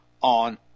on